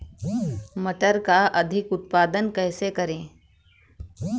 मटर का अधिक उत्पादन कैसे करें?